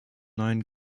neuen